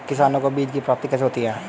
किसानों को बीज की प्राप्ति कैसे होती है?